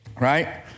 Right